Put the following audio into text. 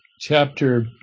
chapter